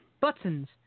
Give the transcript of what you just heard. Buttons